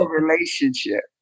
relationship